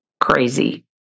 crazy